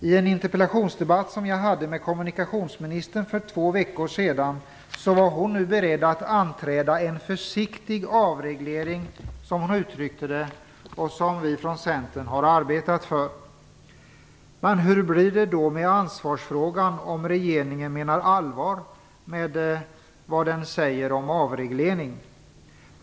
I en interpellationsdebatt som jag hade med kommunikationsministern för två veckor sedan sade hon sig vara beredd att anträda en försiktig avreglering, som hon uttryckte det, vilket vi från Centern har arbetat för. Men hur blir det då med ansvarsfrågan, om regeringen menar allvar med vad som sägs om avreglering?